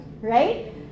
right